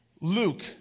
Luke